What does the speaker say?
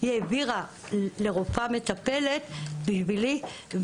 היא העבירה לרופאה מטפלת בשבילי,